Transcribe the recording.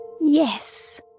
Yes